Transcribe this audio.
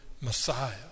Messiah